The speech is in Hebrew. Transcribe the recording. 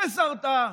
אפס הרתעה.